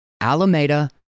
Alameda